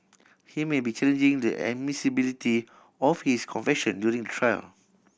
he may be challenging the admissibility of his confession during the trial